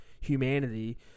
humanity